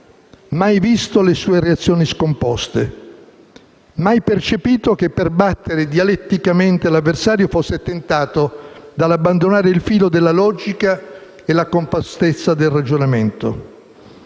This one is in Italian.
mai visto sue reazioni scomposte, mai percepito che per battere dialetticamente l'avversario fosse tentato dall'abbandonare il filo della logica e la compostezza del ragionamento.